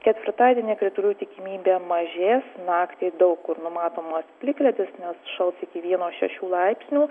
ketvirtadienį kritulių tikimybė mažės naktį daug kur numatomas plikledis nes šals iki vieno šešių laipsnių